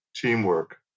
teamwork